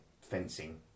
fencing